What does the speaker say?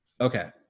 Okay